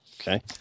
Okay